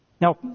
Now